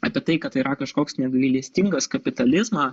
apie tai kad tai yra kažkoks negailestingas kapitalizmą